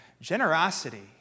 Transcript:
Generosity